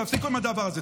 תפסיקו עם הדבר הזה.